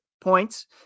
points